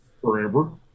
forever